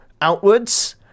outwards